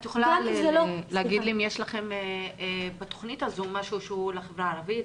את יכולה להגיד לי אם יש לכם בתכנית הזאת משהו שהוא לחברה הערבית?